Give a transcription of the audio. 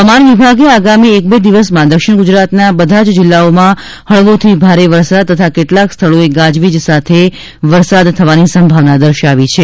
હવામાન વિભાગે આગામી એક બે દિવસમાં દક્ષિણ ગુજરાતના બધા જ જિલ્લાઓમાં હળવોથી ભારે વરસાદ તથા કેટલાંક સ્થળોએ ગાજવીજ સાથે વરસાદ થવાની સંભાવના દર્શાવી છે